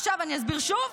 עכשיו אני אסביר שוב,